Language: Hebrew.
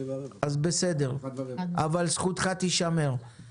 בלילה אחד בחוק ההסדרים תצליחו לצמצם את הפערים?